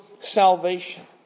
salvation